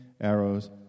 arrows